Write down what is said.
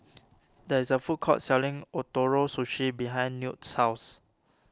there is a food court selling Ootoro Sushi behind Newt's house